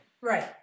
Right